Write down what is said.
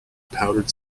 powdered